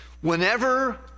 Whenever